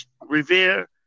Revere